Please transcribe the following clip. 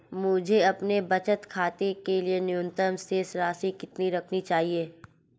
मुझे अपने बचत खाते के लिए न्यूनतम शेष राशि कितनी रखनी होगी?